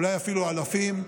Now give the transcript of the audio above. אולי אפילו לאלפים,